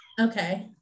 okay